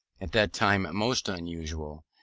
at that time most unusual,